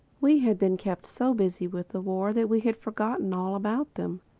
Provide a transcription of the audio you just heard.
we had been kept so busy with the war that we had forgotten all about them.